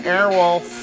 Airwolf